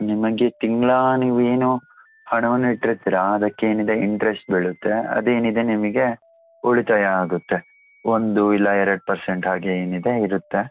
ನಿಮಗೆ ತಿಂಗಳು ನೀವು ಏನು ಹಣವನ್ನು ಇಟ್ಟಿರ್ತೀರ ಅದಕ್ಕೇನಿದೆ ಇಂಟ್ರೆಸ್ಟ್ ಬೀಳುತ್ತೆ ಅದೇನಿದೆ ನಿಮಗೆ ಉಳಿತಾಯ ಆಗತ್ತೆ ಒಂದು ಇಲ್ಲ ಎರಡು ಪರ್ಸೆಂಟ್ ಹಾಗೆ ಏನಿದೆ ಇರತ್ತೆ